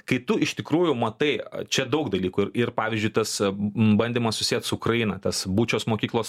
kai tu iš tikrųjų matai čia daug dalykų ir ir pavyzdžiui tas bandymas susiet su ukraina tas bučios mokyklos